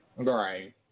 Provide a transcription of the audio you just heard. Right